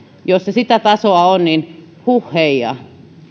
jos se sitä tasoa on niin huhheijaa